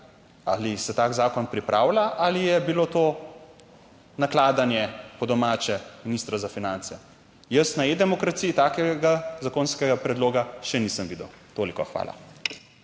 ali se tak zakon pripravlja ali je bilo to nakladanje, po domače ministra za finance? Jaz na edemokraciji takega zakonskega predloga še nisem videl. Toliko. Hvala.